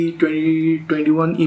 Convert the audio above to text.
2021